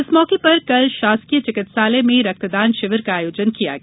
इस मौके पर कल शासकीय चिकित्सालय में रक्तदान शिविर का आयोजन किया गया